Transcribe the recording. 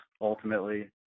ultimately